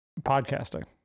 Podcasting